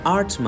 Art